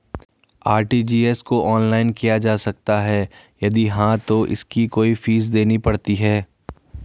RTGS को online किया जा सकता है यदि हाँ तो इसकी कोई फीस देनी पड़ती है?